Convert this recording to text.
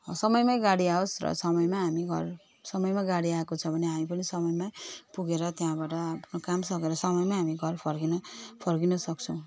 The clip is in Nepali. समय गाडी आओस् र समयमै हामी घर समयमा गाडी आएको छ भने हामी पनि समयमा पुगेर त्यहाँबाट काम सकेर समयमै हामी घर फर्किनु फर्किनुसक्छौँ